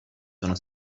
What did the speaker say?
sono